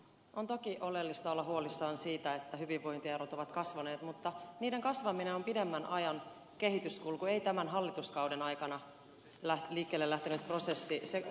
on toki oleellista olla huolissaan siitä että hyvinvointierot ovat kasvaneet mutta niiden kasvaminen on pidemmän ajan kehityskulku ei tämän hallituskauden aikana liikkeelle lähtenyt prosessi